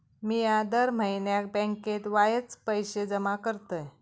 मिया दर म्हयन्याक बँकेत वायच पैशे जमा करतय